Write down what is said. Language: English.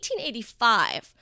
1885